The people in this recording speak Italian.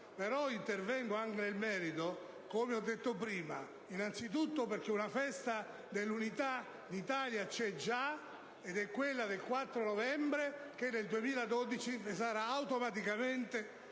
Però intervengo anche nel merito, come ho detto prima, innanzitutto perché una festa dell'Unità d'Italia c'è già ed è quella del 4 novembre, che nel 2012 sarà automaticamente